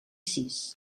sis